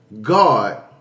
God